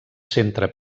centra